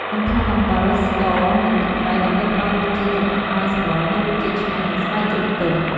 បន្ថែមអំបិល ស្ករ និងទឹកត្រី ដើម្បីផ្តល់រសជាតិ ចម្អិនឱ្យសម្លមានរសជាតិឆ្ងាញ់ និងស្បែកជ្រូកទន់។